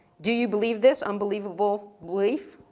do you believe this unbelievable belief?